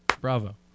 bravo